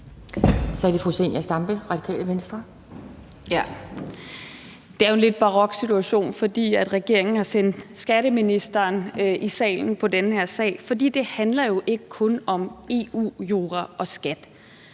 Det er jo en lidt barok situation, at regeringen har sendt skatteministeren i salen på den her sag, for det handler jo ikke kun om EU-jura og skat.